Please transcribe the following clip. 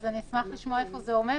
אז אשמח לשמוע איפה זה עומד,